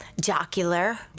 jocular